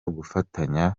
gufatanya